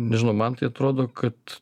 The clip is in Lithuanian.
nežinau man tai atrodo kad